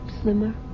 slimmer